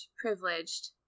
privileged